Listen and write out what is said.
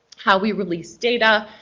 how we release data.